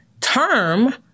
term